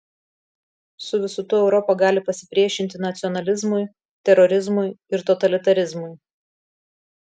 su visu tuo europa gali pasipriešinti nacionalizmui terorizmui ir totalitarizmui